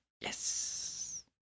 Yes